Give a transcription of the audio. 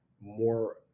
more